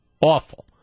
awful